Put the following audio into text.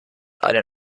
einen